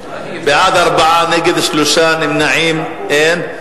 בעד, 4, נגד, 3, נמנעים, אין.